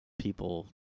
People